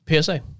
PSA